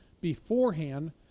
beforehand